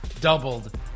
doubled